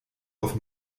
auf